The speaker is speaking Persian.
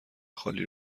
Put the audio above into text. خالی